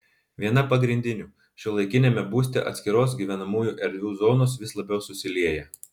viena pagrindinių šiuolaikiniame būste atskiros gyvenamųjų erdvių zonos vis labiau susilieja